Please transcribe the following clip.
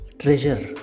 treasure